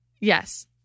Yes